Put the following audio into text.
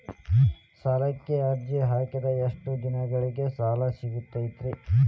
ಸಾಲಕ್ಕ ಅರ್ಜಿ ಹಾಕಿದ್ ಎಷ್ಟ ದಿನದೊಳಗ ಸಾಲ ಸಿಗತೈತ್ರಿ?